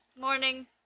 morning